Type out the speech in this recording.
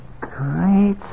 Great